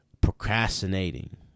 procrastinating